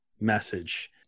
message